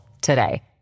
today